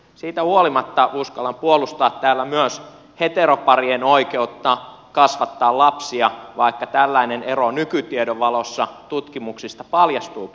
siitä huolimatta uskallan puolustaa täällä myös heteroparien oikeutta kasvattaa lapsia vaikka tällainen ero nykytiedon valossa tutkimuksista paljastuukin